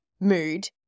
mood